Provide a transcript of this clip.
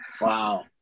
Wow